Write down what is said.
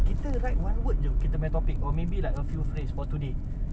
kita write one word jer kita punya topic or maybe like a few phrase for today